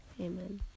amen